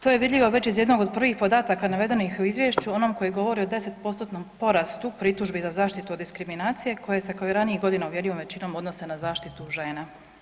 To je vidljivo već iz jednog od prvih podataka navedenih u izvješću, onom koji govori o 10%-tnom porastu pritužbi za zaštitu od diskriminacije koje se kao i ranijih godina uvjerljivom većinom odnose na zaštitu žena.